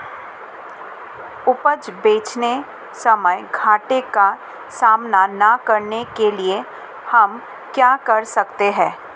उपज बेचते समय घाटे का सामना न करने के लिए हम क्या कर सकते हैं?